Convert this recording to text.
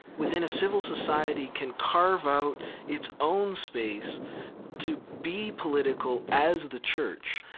within a civil society, can carve out its own space to be political as the church.